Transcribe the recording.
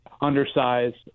undersized